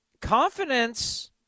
confidence